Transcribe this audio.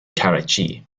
karachi